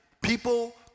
people